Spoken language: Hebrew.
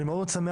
אני מאוד שמח,